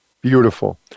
Beautiful